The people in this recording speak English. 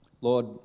lord